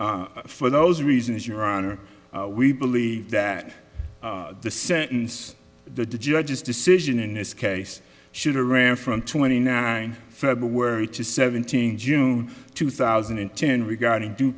for those reasons your honor we believe that the sentence the judge's decision in this case should or ran from twenty nine february to seventeen june two thousand and ten regarding due